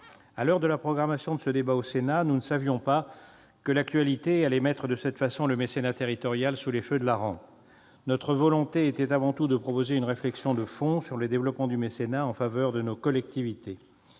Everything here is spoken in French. À l'heure de la programmation de ce débat au Sénat, nous ne savions pas que l'actualité allait mettre de cette façon le mécénat territorial sous les feux de la rampe. Nous voulions avant tout susciter une réflexion de fond sur le développement du mécénat en faveur de nos collectivités